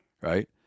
Right